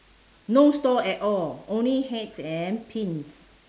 no store at all only heads and pins